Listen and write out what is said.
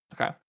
Okay